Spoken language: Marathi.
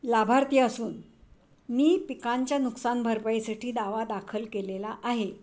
लाभार्थी असून मी पिकांच्या नुकसान भरपाईसाठी दावा दाखल केलेला आहे